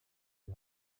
die